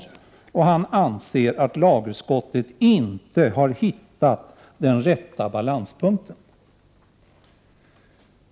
Han anser att lagutskottet inte har hittat den rätta balanspunkten.